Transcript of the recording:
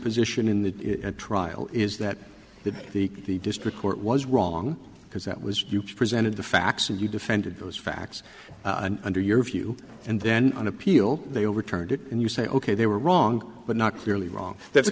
position in the trial is that that the district court was wrong because that was you presented the facts and you defended those facts under your view and then on appeal they overturned it and you say ok they were wrong but not clearly wrong that's